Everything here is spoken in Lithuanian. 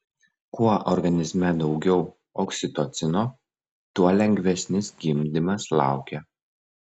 kuo organizme daugiau oksitocino tuo lengvesnis gimdymas laukia